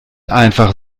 einfach